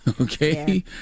okay